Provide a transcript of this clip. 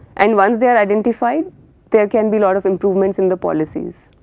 and once they are identified there can be lot of improvements in the policies.